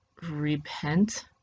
Repent